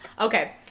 Okay